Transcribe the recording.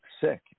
sick